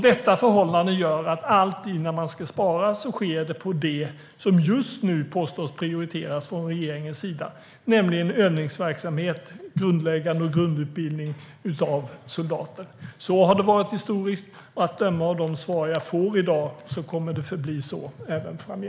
Detta förhållande gör att besparingar alltid, när man ska spara, sker på det som just nu påstås prioriteras från regeringens sida, nämligen grundläggande övningsverksamhet och grundutbildning av soldater. Så har det varit historiskt, och att döma av de svar som jag får i dag kommer det att förbli så även framgent.